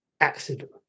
accident